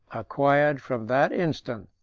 acquired, from that instant,